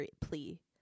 plea